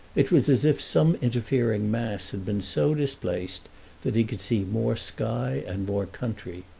it was as if some interfering mass had been so displaced that he could see more sky and more country.